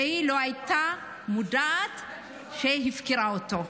לא הייתה מודעת לכך שהיא הפקירה אותו,